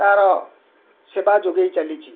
ତାର ସେବା ଯୋଗେଇ ଚାଲିଛି